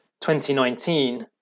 2019